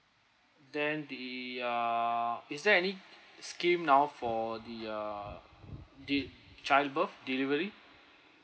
then the ah is there any scheme now for the uh the childbirth delivery